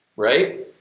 right?